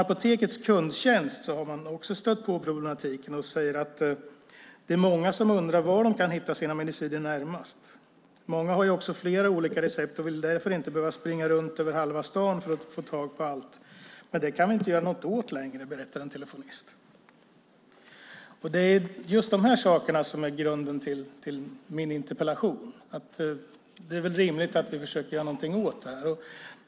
Apotekets kundtjänst har också stött på problematiken och säger att många undrar var de kan hitta sina mediciner närmast. Många har också flera olika recept och vill inte behöva springa runt över halva stan för att få tag på allt. Men det kan man inte göra något åt längre, berättar en telefonist. Det är just de här sakerna som är grunden till min interpellation, och det är väl rimligt att vi försöker göra någonting åt det.